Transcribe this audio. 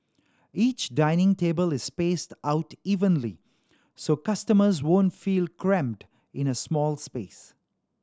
each dining table is spaced out evenly so customers won't feel cramped in a small space